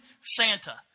Santa